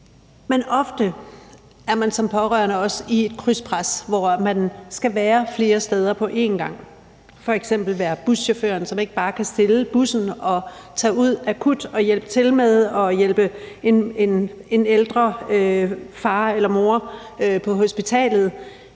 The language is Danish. Men ofte er man som pårørende også i et krydspres, hvor man skal være flere steder på en gang. Det gælder f.eks. buschaufføren, som ikke bare kan stille bussen og tage ud akut og hjælpe til med at hjælpe en ældre, far eller mor på hospitalet.